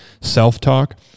self-talk